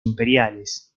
imperiales